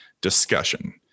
discussion